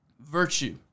Virtue